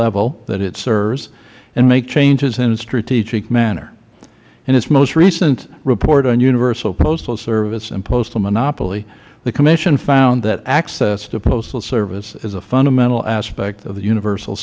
level that it serves and make changes in a strategic manner in its most recent report on universal postal service and postal monopoly the commission found that access to postal service is a fundamental aspect of the universal